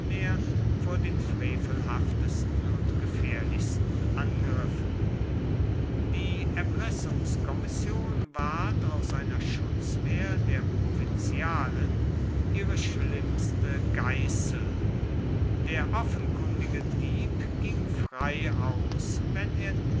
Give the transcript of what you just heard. vor den frevelhaftesten und gefährlichsten angriffen die erpressungskommission ward aus einer schutzwehr der provinzialen ihre schlimmste geißel der offenkundige dieb ging frei aus wenn er